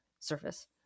surface